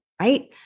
Right